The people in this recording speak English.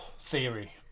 theory